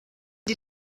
die